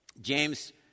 James